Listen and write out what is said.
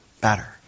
better